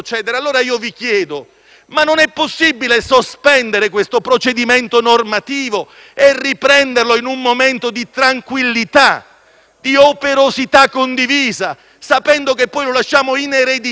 non è possibile sospendere questo procedimento normativo e riprenderlo in un momento di tranquillità, di operosità condivisa, sapendo che poi lo lasciamo in eredità al nostro Paese,